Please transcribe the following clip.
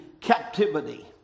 captivity